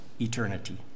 eternity